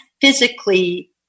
physically